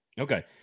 Okay